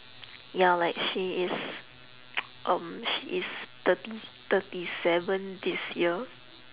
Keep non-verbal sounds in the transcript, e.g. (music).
ya like she is (noise) um she is thirty thirty seven this year